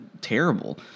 terrible